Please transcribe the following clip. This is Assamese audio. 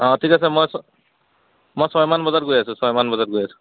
অঁ ঠিক আছে মই ছ মই ছয়মান বজাত গৈ আছোঁ ছয়মান বজাত গৈ আছোঁ